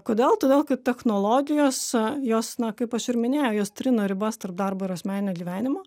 kodėl todėl kad technologijos jos na kaip aš ir minėjau jos trina ribas tarp darbo ir asmeninio gyvenimo